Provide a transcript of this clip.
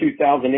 2008